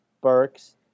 Burks